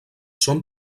són